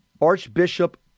Archbishop